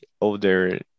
older